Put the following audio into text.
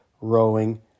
rowing